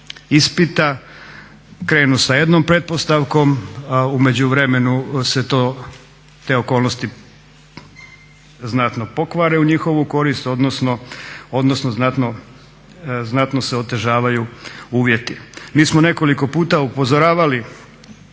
ispita krenu sa jednom pretpostavkom a u međuvremenu se te okolnosti znatno pokvare u njihovu korist, odnosno znatno se otežavaju uvjeti. Mi smo nekoliko puta upozoravali